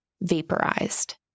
vaporized